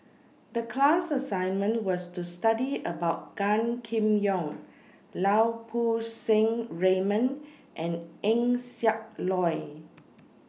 The class assignment was to study about Gan Kim Yong Lau Poo Seng Raymond and Eng Siak Loy